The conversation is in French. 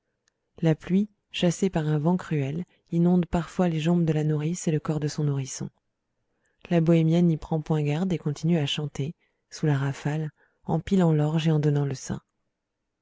la pluie chassée par un vent cruel inonde parfois les jambes de la nourrice et le corps de son nourrisson la bohémienne n'y prend point garde et continue à chanter sous la rafale en pilant l'orge et donnant le sein